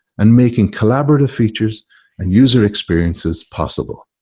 and making collaborative features and user experiences possible.